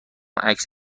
عکس